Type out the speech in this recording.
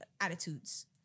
attitudes